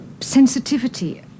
sensitivity